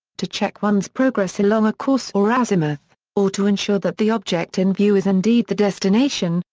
to check one's progress along a course or azimuth, or to ensure that the object in view is indeed the destination,